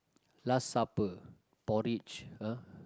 last supper porridge !huh!